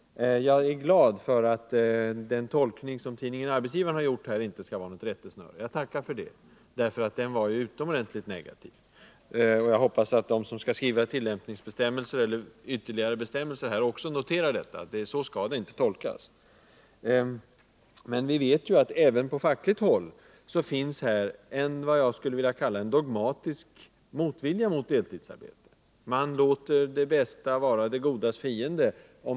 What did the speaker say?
Jag är glad för att den tolkning som tidningen Arbetsgivaren har gjort inte skall vara något rättesnöre. Jag tackar för det. Den var utomordentligt negativ. Jag hoppas att de som skall skriva ytterligare föreskrifter också har noterat att så skall förordningen inte tolkas. Vi vet att även på fackligt håll finns vad jag skulle vilja kalla en dogmatisk motvilja mot deltidsarbete. Man låter det bästa vara det godas fiende.